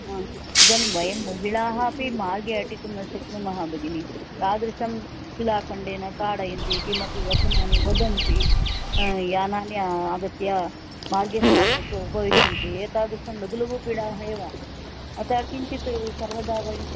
हा इदानीं वयं महिलाः अपि मार्गे अटितुं न शक्नुमः भगिनि तादृशं शिलाखण्डेन ताडयन्ति किमपि वचनानि वदन्ति यानानि आगत्य मार्गे स्थापयित्वा उपविश्यन्ति एतादृश्यः लघु लघु पीडाः एव अतः किञ्चित् सर्वदा वयम्